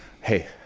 Hey